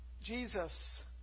Jesus